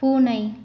பூனை